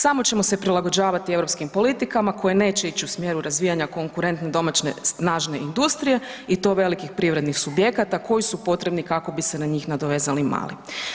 Samo ćemo se prilagođavati europskim politikama koje neće ići u smjeru razvijanja konkurentne domaće snažne industrije i to velikih privrednih subjekata koji su potrebni kako bi se na njih nadovezali mali.